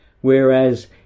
Whereas